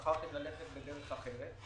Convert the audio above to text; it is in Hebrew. בחרה ללכת בדרך אחרת,